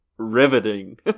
Riveting